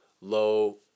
low